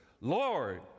Lord